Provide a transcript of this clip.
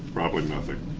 probably nothing.